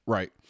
Right